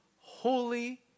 holy